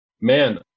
man